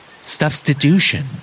Substitution